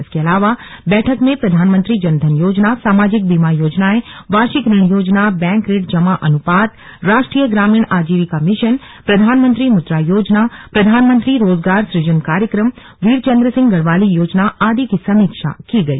इसके अलावा बैठक में प्रधानमंत्री जनधन योजना सामाजिक बीमा योजनाएं वार्षिक ऋण योजना बैंक ऋण जमा अनुपात राष्ट्रीय ग्रामीण आजीविका मिशन प्रधानमंत्री मुद्रा योजना प्रधानमंत्री रोजगार सुजन कार्यक्रम वीरचन्द्र सिंह गढ़वाली योजना आदि की समीक्षा की गई